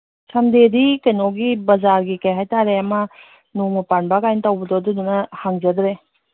ꯁꯟꯗꯦꯗꯤ ꯀꯩꯅꯣꯒꯤ ꯕꯖꯥꯔꯒꯤ ꯀꯔꯤ ꯍꯥꯏꯇꯥꯔꯦ ꯑꯃ ꯅꯣꯡ ꯄꯥꯟꯕ ꯀꯥꯏꯅ ꯇꯧꯕꯗꯣ ꯑꯗꯨꯗꯨꯅ ꯍꯥꯡꯖꯗ꯭ꯔꯦ